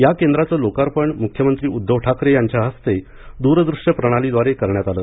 या केंद्राचं लोकार्पण मुख्यमंत्री उद्घव ठाकरे यांच्या हस्ते दूरदृश्य प्रणालीद्वारे करण्यात आलं